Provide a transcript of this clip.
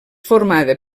formada